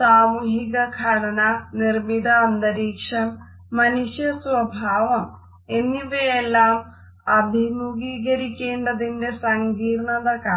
സാമൂഹിക ഘടന നിർമ്മിത അന്തരീക്ഷം മനുഷ്യ സ്വഭാവം എന്നിവയെയെല്ലാം അഭിമുഖീകരിക്കേണ്ടതിന്റെ സങ്കീർണ്ണത കാണാം